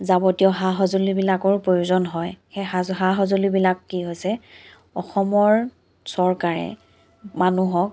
যাৱতীয় সা সঁজুলিবিলাকৰো প্ৰয়োজন হয় সেই সাজু সা সঁজুলিবিলাক কি হৈছে অসমৰ চৰকাৰে মানুহক